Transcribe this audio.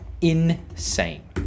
insane